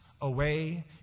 away